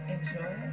Enjoy